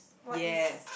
yes